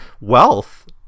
wealth